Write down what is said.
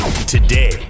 Today